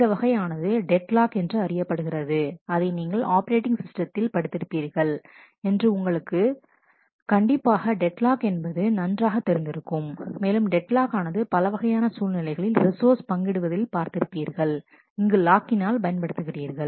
இந்த வகை ஆனது டெட் லாக் என்று அறியப்படுகிறது அதை நீங்கள் ஆப்பரேட்டிங் சிஸ்டத்தில் படித்திருப்பீர்கள் என்று உங்களுக்கு கண்டிப்பாக டெட் லாக் என்பது நன்றாக தெரிந்திருக்கும் மேலும் டெட் லாக் ஆனது பல வகையான சூழ்நிலைகளில் ரிசோர்ஸ் பங்கிடுவதில் பார்த்திருப்பீர்கள் இங்கு லாக்கினால் பயன்படுத்துகிறீர்கள்